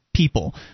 People